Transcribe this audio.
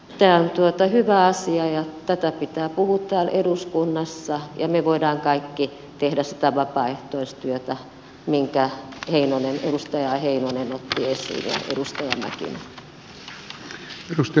tämä on hyvä asia ja tästä pitää puhua täällä eduskunnassa ja me voimme kaikki tehdä sitä vapaaehtoistyötä minkä edustaja heinonen ja edustaja mäkinen ottivat esiin